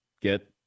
get